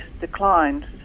declined